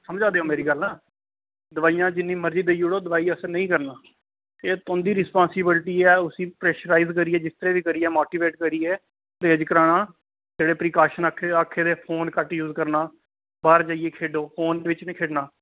समझा दे ओ मेरी गल्ल न दवाइयां जिन्नी मरजी देई ओड़ो दवाइयें असर नेईं करना एह् तुं'दी रिस्पांसिबलटी ऐ उसी प्रैशराइज करियै जिस तरह बी करियै माटीवेट करियै परहेज कराना जेह्ड़े प्रीकाशन आखे दे फोन घट्ट यूज करना बाह्र जाइयै खेढो फोन बिच्च नेईं खेढना